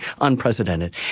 Unprecedented